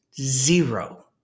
zero